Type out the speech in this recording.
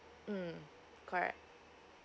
mm correct